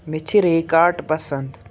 مےٚ چھِ ریکاٹ پسنٛد